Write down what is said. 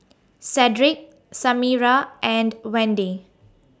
Cedric Samira and Wende